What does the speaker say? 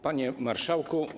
Panie Marszałku!